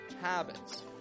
habits